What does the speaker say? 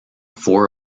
four